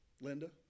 Linda